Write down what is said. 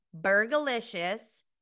burgalicious